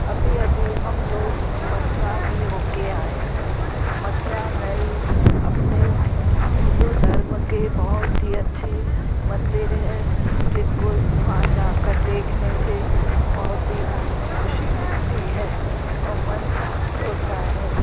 अभी अभी हम लोग मथुरा भी हो कर आए हैं मथुरा में भी अपने हिन्दू धर्म के बहुत ही अच्छे मंदिर हैं जिनको वहाँ जाकर देखने से बहुत ही खुशी मिलती है और मन शांत होता है